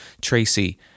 Tracy